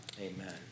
Amen